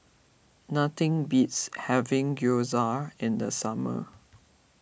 nothing beats having Gyoza in the summer